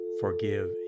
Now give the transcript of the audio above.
forgive